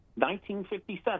1957